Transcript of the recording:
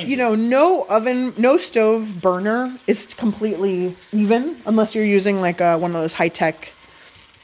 you know, no oven, no stove burner is completely even unless you're using, like, ah one of those high-tech